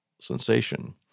sensation